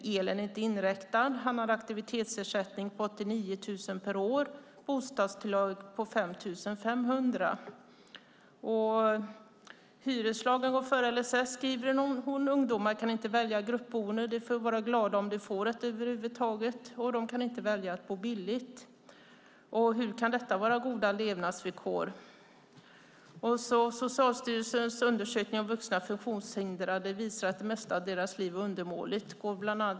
Elen är inte inräknad. Han har aktivitetsersättning på 89 000 per år, bostadstillägg på 5 500. Hyreslagen går före LSS, skriver hon. Ungdomar kan inte välja gruppboende. De får vara glada om de får ett över huvud taget. De kan inte välja att bo billigt. Hur kan detta vara goda levnadsvillkor? Socialstyrelsens undersökning om vuxna funktionshindrade visar att det mesta i deras liv är undermåligt.